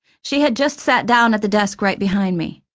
she had just sat down at the desk right behind me.